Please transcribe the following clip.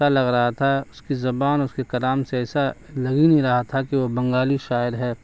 ایسا لگ رہا تھا اس کی زبان اس کے کلام سے ایسا لگ ہی نہیں رہا تھا کہ وہ بنگالی شاعر ہے